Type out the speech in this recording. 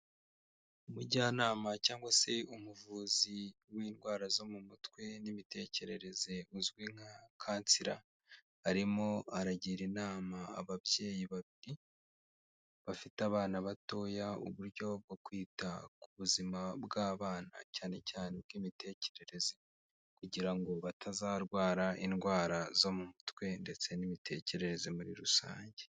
Umujyanama cyangwa se umuvuzi w'indwara zo mu mutwe n'imitekerereze uzwi nka kansira, arimo aragira inama ababyeyi babiri bafite abana batoya, uburyo bwo kwita ku buzima bw'abana, cyane cyane ubw'imitekerereze kugira ngo batazarwara indwara zo mu mutwe ndetse n'imitekerereze muri rusange.